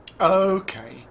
Okay